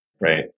Right